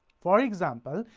for example,